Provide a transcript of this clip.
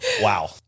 Wow